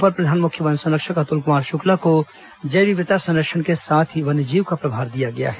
अपर प्रधान मुख्य वन संरक्षक अतुल कुमार शुक्ला को जैव विविधता संरक्षण के साथ ही वन्यजीव का प्रभार दिया गया है